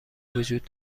وجود